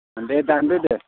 दे दान्दो दे